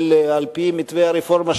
על-פי מתווה הרפורמה,